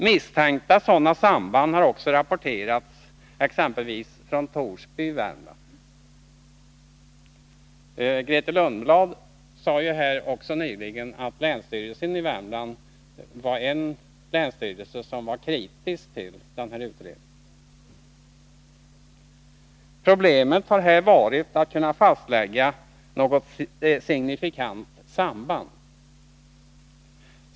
Misstänkta sådana samband har också rapporterats, exempelvis från Torsby i Värmland. Grethe Lundblad sade också nyligen här att länsstyrelsen i Värmland var kritisk till den här utredningen. Problemet har varit att kunna fastlägga något signifikant samband.